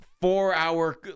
four-hour